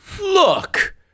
look